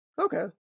Okay